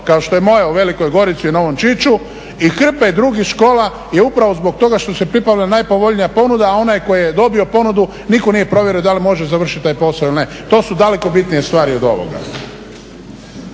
kao što je moja u Velikoj Gorici u … i hrpe drugih škola je upravo zbog toga što se … najpovoljnija ponuda, a onaj koji je dobio ponudu, nitko nije provjerio dal' može završiti taj posao ili ne. To su daleko bitnije stvari od ovoga.